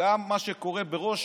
גם מה שקורה בראש